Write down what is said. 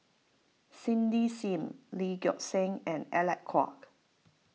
Cindy Sim Lee Gek Seng and Alec Kuok